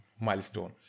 milestone